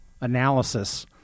analysis